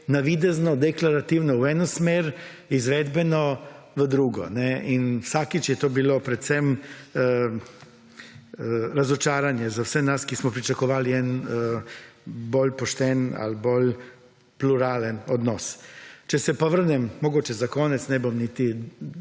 navidezno deklarativno v eno smer, izvedbeno v drugo in vsakič je to bilo predvsem razočaranje za vse nas, ki smo pričakovali en bolj pošten ali bolj pluralen odnos. Če se pa vrnem, mogoče za konec, ne bom niti